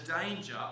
danger